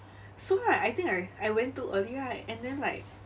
so right I think I I went too early right and then like